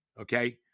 okay